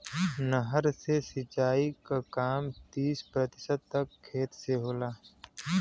नहर से सिंचाई क काम तीस प्रतिशत तक खेत से होला